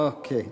אוקיי.